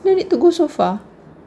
no need to go so far